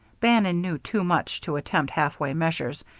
bannon knew too much to attempt halfway measures,